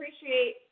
appreciate